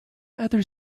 other